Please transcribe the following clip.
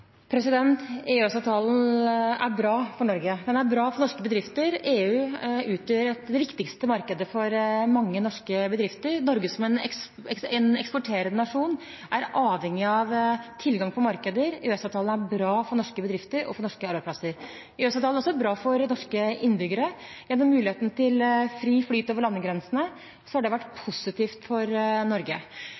er bra for Norge. Den er bra for norske bedrifter. EU utgjør det viktigste markedet for mange norske bedrifter. Norge som en eksporterende nasjon er avhengig av tilgang på markeder. EØS-avtalen er bra for norske bedrifter og for norske arbeidsplasser. EØS-avtalen er også bra for norske innbyggere – gjennom muligheten til fri flyt over landegrensene har den vært positiv for Norge.